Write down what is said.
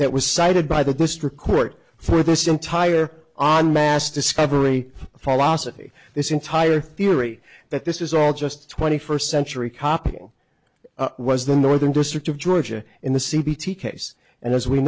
that was cited by the district court for this entire on mass discovery philosophy this entire theory that this is all just twenty first century copying was the northern district of georgia in the c b t case and as we